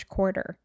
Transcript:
Quarter